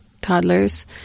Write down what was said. toddlers